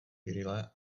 brýle